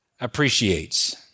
appreciates